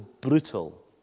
brutal